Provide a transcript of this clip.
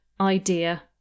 idea